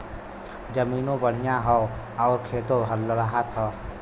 जमीनों बढ़िया हौ आउर खेतो लहलहात हौ